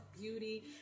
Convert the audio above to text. beauty